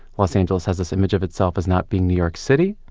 los angeles has this image of itself as not being new york city.